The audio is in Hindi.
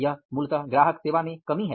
यह मूलतः ग्राहक सेवा में कमी है